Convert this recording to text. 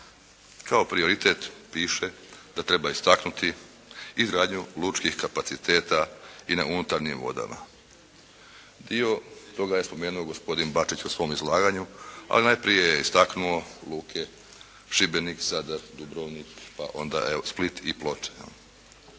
kao prioritet piše da treba istaknuti izgradnju lučkih kapaciteta i na unutarnjim vodama. Dio toga je spomenuo gospodin Bačić u svom izlaganju, a najprije je istaknuo Luke Šibenik, Zadar, Dubrovnik pa onda Split i Ploče.